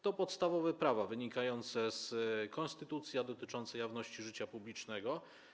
To podstawowe prawa wynikające z konstytucji, a dotyczące jawności życia publicznego.